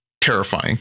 terrifying